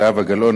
זהבה גלאון,